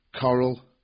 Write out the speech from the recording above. Coral